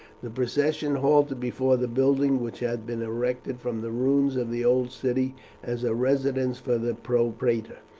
the procession halted before the building which had been erected from the ruins of the old city as a residence for the propraetor.